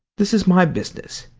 this is my business.